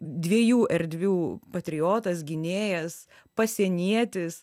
dviejų erdvių patriotas gynėjas pasienietis